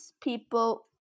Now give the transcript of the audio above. people